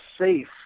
safe